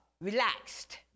relaxed